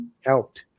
helped